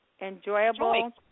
Enjoyable